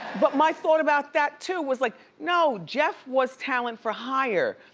but my thought about that too was, like, no, jeff was talent for hire.